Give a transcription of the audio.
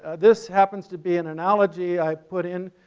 ah this happens to be an analogy i put in,